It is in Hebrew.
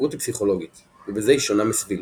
ההתמכרות היא פסיכולוגית ובזה היא שונה מסבילות.